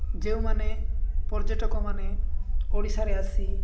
ଯେଉଁମାନେ ପର୍ଯ୍ୟଟକମାନେ ଓଡ଼ିଶାରେ ଆସି